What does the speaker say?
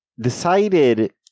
decided